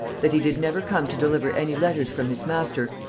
that he did never come to deliver any letters from his master,